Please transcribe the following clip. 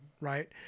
Right